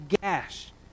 gash